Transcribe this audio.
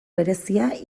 berezia